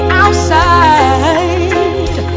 outside